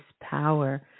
power